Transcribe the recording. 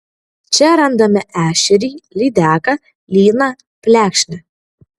čia randame ešerį lydeką lyną plekšnę